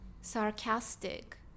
sarcastic